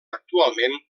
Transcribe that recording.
actualment